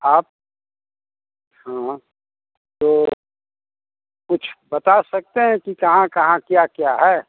आप हाँ तो कुछ बता सकते हैं कि कहाँ कहाँ क्या क्या है